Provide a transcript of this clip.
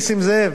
נסים זאב?